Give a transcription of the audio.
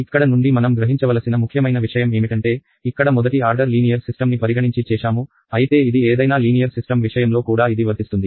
ఇక్కడ నుండి మనం గ్రహించవలసిన ముఖ్యమైన విషయం ఏమిటంటే ఇక్కడ మొదటి ఆర్డర్ లీనియర్ సిస్టమ్ని పరిగణించి చేశాము అయితే ఇది ఏదైనా లీనియర్ సిస్టమ్ విషయంలో కూడా ఇది వర్తిస్తుంది